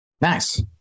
Nice